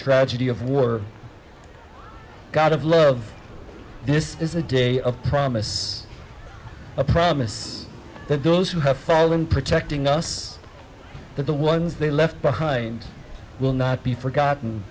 tragedy of war god of love this is a day of promise a promise that those who have fallen protecting us but the ones they left behind will not be forgotten